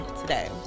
today